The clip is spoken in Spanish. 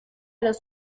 los